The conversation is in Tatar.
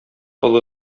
олы